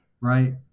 Right